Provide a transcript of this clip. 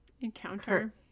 encounter